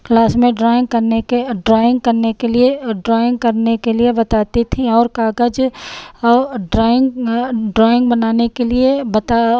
class में drawing करने के ड्रॉइन्ग करने के लिए और ड्रॉइन्ग करने के लिए बताती थी और कागज और ड्रॉइन्ग ड्रॉइन्ग बनाने के लिए बता